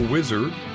Wizard